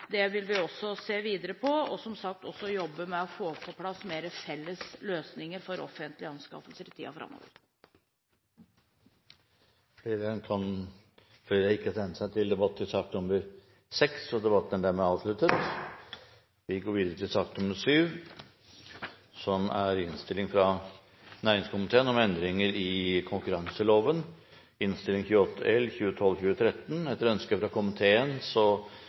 Det vil vi se videre på, og som sagt også jobbe med å få på plass flere felles løsninger for offentlige anskaffelser i tiden framover. Flere har ikke bedt om ordet til sak nr. 6. Etter ønske fra næringskomiteen vil presidenten foreslå at taletiden begrenses til